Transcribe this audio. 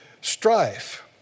Strife